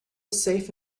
safe